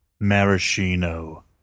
Maraschino